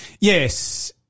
Yes